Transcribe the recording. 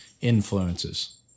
influences